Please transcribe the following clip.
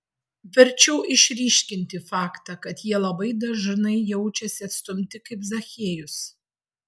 verčiau išryškinti faktą kad jie labai dažai jaučiasi atstumti kaip zachiejus